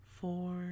four